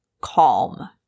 calm